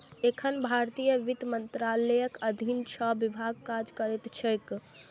एखन भारतीय वित्त मंत्रालयक अधीन छह विभाग काज करैत छैक